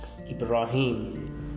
Ibrahim